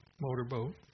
motorboat